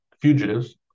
fugitives